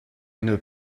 une